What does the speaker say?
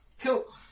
Cool